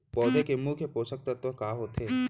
पौधे के मुख्य पोसक तत्व का होथे?